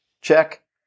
Check